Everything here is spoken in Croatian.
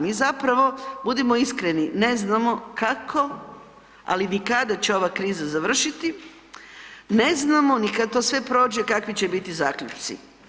Mi zapravo, budimo iskreni, ne znamo kako, ali ni kada će ova kriza završiti, ne znamo ni kada to sve prođe kakvi će biti zaključci.